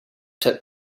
took